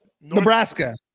Nebraska